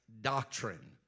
doctrine